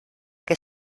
que